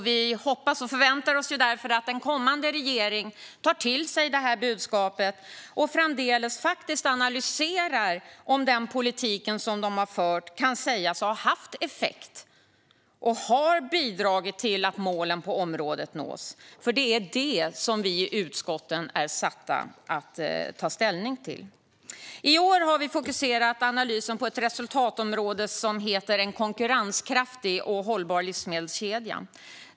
Vi hoppas och förväntar oss därför att en kommande regering tar till sig detta budskap och framdeles analyserar om den politik den har fört faktiskt kan sägas ha haft effekt och har bidragit till att målen på området nås. Det är detta som vi i utskotten är satta att ta ställning till. I år har vi i analysen fokuserat på ett resultatområde som heter En konkurrenskraftig och hållbar livsmedelskedja.